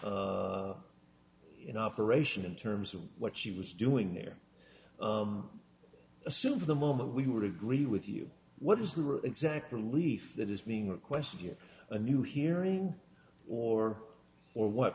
in operation in terms of what she was doing there assume for the moment we would agree with you what is the exact relief that is being requested you a new hearing or or what